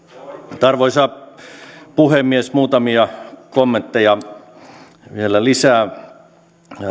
mutta arvoisa puhemies muutamia kommentteja vielä lisää